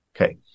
Okay